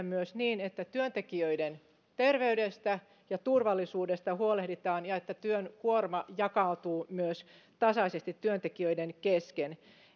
myös niin että työntekijöiden terveydestä ja turvallisuudesta huolehditaan ja että työn kuorma myös jakautuu tasaisesti työntekijöiden kesken